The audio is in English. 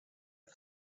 for